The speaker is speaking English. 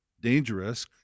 dangerous